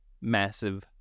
Massive